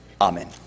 Amen